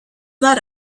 not